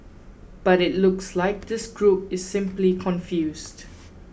but it looks like this group is simply confused